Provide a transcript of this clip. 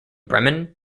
bremen